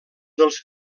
dels